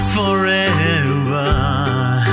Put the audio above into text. Forever